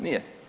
Nije.